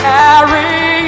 carry